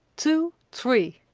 two, three!